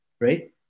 right